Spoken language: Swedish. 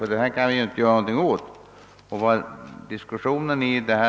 Nu kan vi inte göra någonting åt den saken.